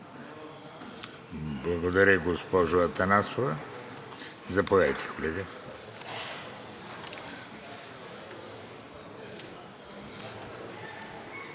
Благодаря, госпожо Атанасова. Заповядайте, колега.